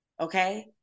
Okay